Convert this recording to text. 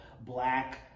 Black